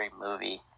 movie